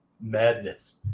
Madness